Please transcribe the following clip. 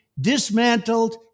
dismantled